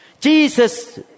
Jesus